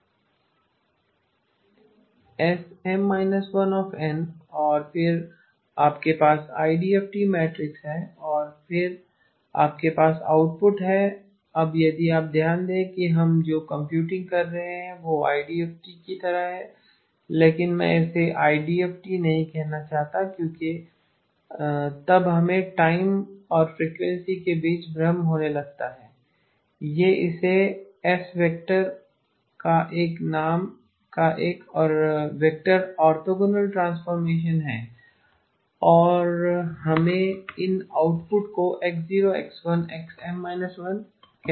SM−1n और फिर आपके पास आईडीएफटी मैट्रिक्स है और आपके पास आउटपुट हैं अब यदि आप ध्यान दें कि हम जो कंप्यूटिंग कर रहे हैं वह आईडीएफटी की तरह है लेकिन मैं इसे आईडीएफटी नहीं कहना चाहता क्योंकि तब हमें टाइम और फ्रेक्वेंसीस के बीच भ्रम होने लगता है यह इस S वेक्टर का एक और वेक्टर ऑर्थोगोनल ट्रांसफॉर्मेशन है और हमें इन आउटपुट को X0 X1 X M−1 कहते हैं